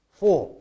four